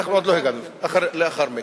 אנחנו עוד לא הגענו, לאחר מכן.